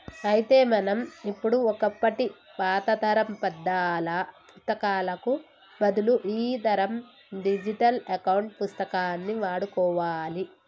అయితే మనం ఇప్పుడు ఒకప్పటి పాతతరం పద్దాల పుత్తకాలకు బదులు ఈతరం డిజిటల్ అకౌంట్ పుస్తకాన్ని వాడుకోవాలి